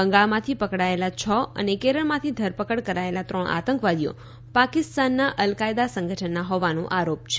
બંગાળમાંથી પકડાયેલા છ અને કેરળમાંથી ધરપકડ કરાયેલા ત્રણ આતંકવાદીઓ પાકિસ્તાનના અલકાયદા સંગઠનના હોવાનો આરોપ છે